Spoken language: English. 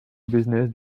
businesses